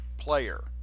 player